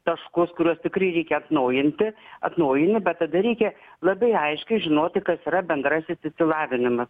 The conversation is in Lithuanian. taškus kuriuos tikrai reikia atnaujinti atnaujini bet tada reikia labai aiškiai žinoti kas yra bendrasis išsilavinimas